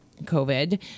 covid